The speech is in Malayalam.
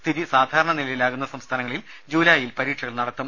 സ്ഥിതി സാധാരണ നിലയിലാകുന്ന സംസ്ഥാനങ്ങളിൽ ജൂലായിൽ പരീക്ഷകൾ നടത്തും